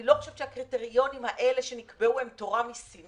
אני לא חושבת שהקריטריונים שנקבעו הם תורה מסיני,